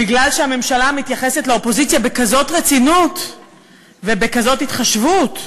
בגלל שהממשלה מתייחסת לאופוזיציה בכזאת רצינות ובכזאת התחשבות,